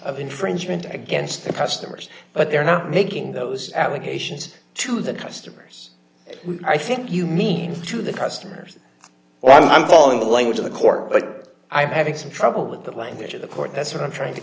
of infringement against the customers but they're not making those allegations to the customers i think you mean to the customers what i'm calling the language of the court but i am having some trouble with the language of the court that's what i'm trying to